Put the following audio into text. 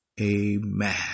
Amen